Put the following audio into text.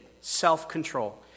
Self-control